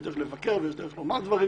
יש דרך לבקר ויש דרך לומר דברים.